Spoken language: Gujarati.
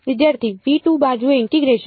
વિદ્યાર્થી બાજુએ ઇન્ટીગ્રેશન